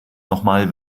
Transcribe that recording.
nochmal